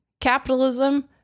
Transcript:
capitalism